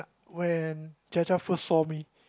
when Jia-Jia first saw me